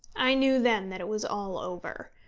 i knew then that it was all over.